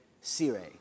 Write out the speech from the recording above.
sire